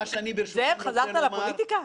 אני רוצה לומר,